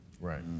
Right